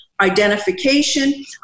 identification